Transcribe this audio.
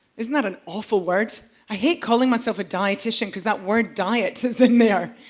isn't that an awful word? i hate calling myself a dietitian because that word diet is in there.